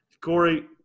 Corey –